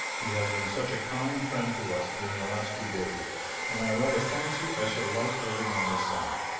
he has been such a kind friend to us during the last few days and i rather fancy i shall like living on this side.